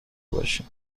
باشیم